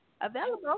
available